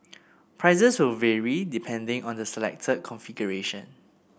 prices will vary depending on the selected configuration